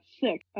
sick